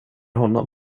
honom